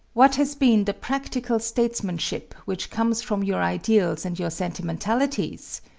what has been the practical statesmanship which comes from your ideals and your sentimentalities?